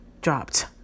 dropped